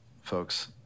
folks